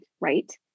right